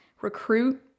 recruit